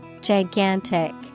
Gigantic